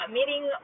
Meeting